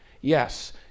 yes